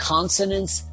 Consonants